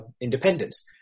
independence